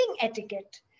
etiquette